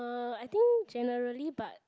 uh I think generally but